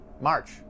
March